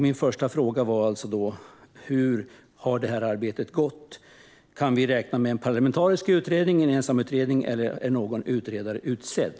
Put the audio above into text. Min första interpellationsfråga handlade om hur arbetet har gått. Kan vi räkna med en parlamentarisk utredning eller en ensamutredning? Är någon utredare utsedd?